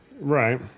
Right